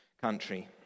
country